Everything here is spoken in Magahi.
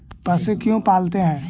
पशु क्यों पालते हैं?